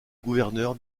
gouverneur